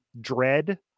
dread